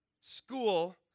school